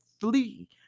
flee